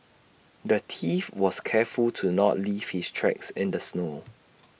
the thief was careful to not leave his tracks in the snow